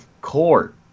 court